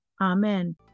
amen